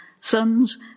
sons